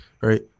right